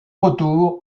retour